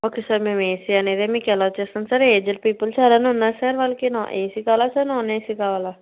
okay sir మేము AC అనేదే మీకు అలాట్ చేస్తాం సార్ ఏజ్డ్ పీపుల్స్ ఎవరన్నా ఉన్నరా సార్ వాళ్ళకి ఏసీ కావాలా సార్ నాన్ ఏసీ కావాలా